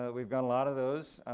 ah we've got a lot of those.